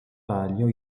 palio